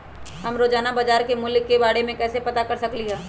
हम रोजाना बाजार के मूल्य के के बारे में कैसे पता कर सकली ह?